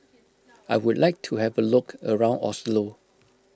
I would like to have a look around Oslo